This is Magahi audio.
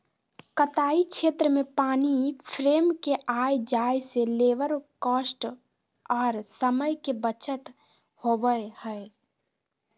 कताई क्षेत्र में पानी फ्रेम के आय जाय से लेबर कॉस्ट आर समय के बचत होबय हय